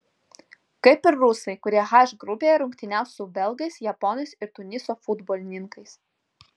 kaip ir rusai kurie h grupėje rungtyniaus su belgais japonais ir tuniso futbolininkais